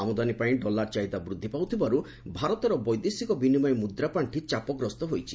ଆମଦାନୀ ପାଇଁ ଡଲାର ଚାହିଦା ବୃଦ୍ଧି ପାଉଥିବାରୁ ଭାରତର ବୈଦେଶିକ ବିନିମୟ ମୁଦ୍ରାପାଣ୍ଠି ଚାପଗ୍ରସ୍ତ ହୋଇଛି